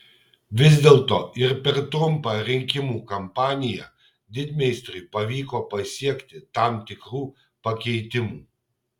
vis dėlto ir per trumpą rinkimų kampaniją didmeistriui pavyko pasiekti tam tikrų pakeitimų